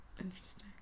interesting